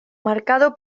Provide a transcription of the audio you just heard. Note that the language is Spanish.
marcado